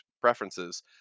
preferences